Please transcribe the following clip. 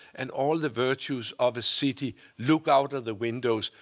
and all the virtues of a city. look out of the windows.